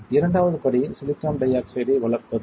இரண்டாவது படி சிலிக்கான் டை ஆக்சைடை வளர்ப்பது